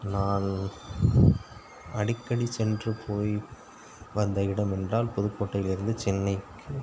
நான் அடிக்கடி சென்று போய் வந்த இடம் என்றால் புதுக்கோட்டையிலிருந்து சென்னைக்கு